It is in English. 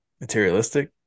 materialistic